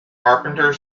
carpenter